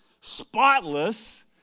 spotless